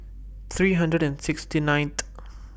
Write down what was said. three hundred and sixty ninth